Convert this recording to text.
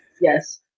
Yes